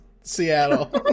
Seattle